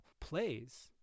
plays